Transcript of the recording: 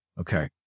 Okay